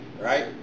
right